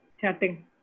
chatting